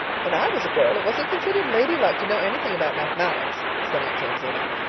when i was a girl it wasn't considered lady-like to know anything about mathematics, said aunt jamesina.